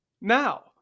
now